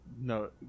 No